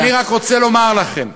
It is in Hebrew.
ואני רק רוצה לומר לכם: